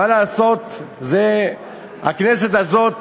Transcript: מה לעשות, הכנסת הזאת